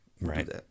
Right